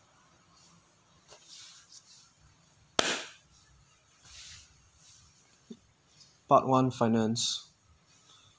part one finance